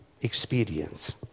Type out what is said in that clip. experience